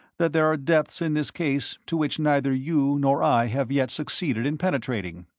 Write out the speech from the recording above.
that there are depths in this case to which neither you nor i have yet succeeded in penetrating.